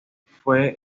fue